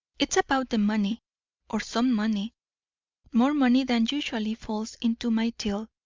it's about the money or some money more money than usually falls into my till.